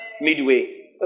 midway